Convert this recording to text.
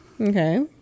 okay